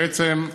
בעצם,